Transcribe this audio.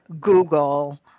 Google